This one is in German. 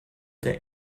der